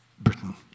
Britain